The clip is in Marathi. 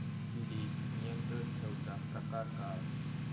किडिक नियंत्रण ठेवुचा प्रकार काय?